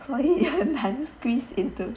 所以很 squeezed into